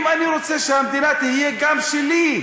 אם אני רוצה שהמדינה תהיה גם שלי,